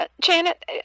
Janet